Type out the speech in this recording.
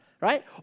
right